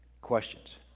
questions